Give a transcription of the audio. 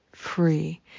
Free